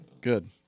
Good